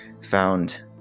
found